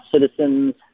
citizens